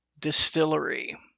Distillery